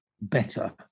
better